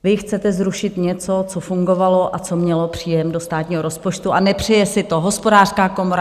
Vy chcete zrušit něco, co fungovalo a co mělo příjem do státního rozpočtu, a nepřeje si to Hospodářská komora.